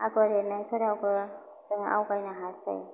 आगर एरनायफोरावबो जोङो आवगायनो हासै